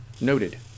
Noted